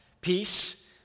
Peace